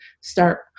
start